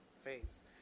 face